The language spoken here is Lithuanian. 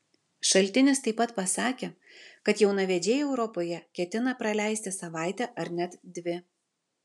šaltinis taip pat pasakė kad jaunavedžiai europoje ketina praleisti savaitę ar net dvi